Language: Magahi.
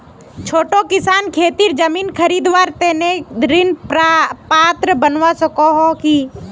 छोटो किसान खेतीर जमीन खरीदवार तने ऋण पात्र बनवा सको हो कि?